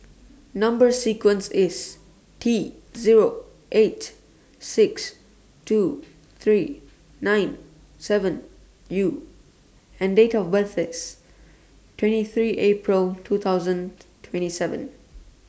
Number sequence IS T Zero eight six two three nine seven U and Date of birth IS twenty three April two thousand twenty seven